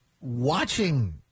watching